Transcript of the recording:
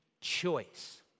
choice